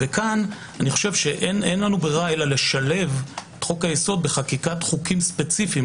פה אין לנו ברירה אלא לשלב את חוק היסוד בחקיקת חוקים ספציפיים.